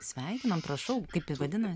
sveikinam prašau kaip vadinasi